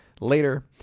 later